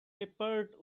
peppered